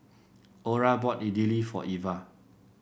Orah bought Idili for Eva